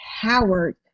Howard